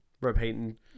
repeating